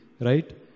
right